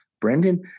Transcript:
Brendan –